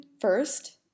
first